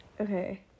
Okay